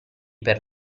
per